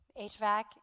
HVAC